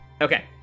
Okay